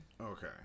Okay